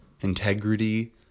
integrity